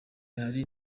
hari